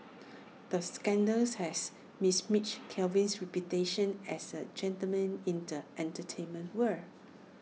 the scandals has besmirched Kevin's reputation as A gentleman in the entertainment world